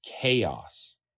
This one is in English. chaos